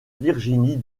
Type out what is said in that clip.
virginie